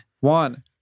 One